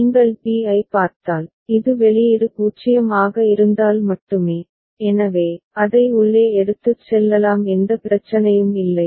நீங்கள் b ஐப் பார்த்தால் இது வெளியீடு 0 ஆக இருந்தால் மட்டுமே எனவே அதை உள்ளே எடுத்துச் செல்லலாம் எந்த பிரச்சனையும் இல்லை